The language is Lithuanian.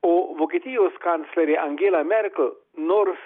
o vokietijos kanclerė angela merkel nors